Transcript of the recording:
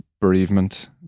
bereavement